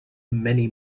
many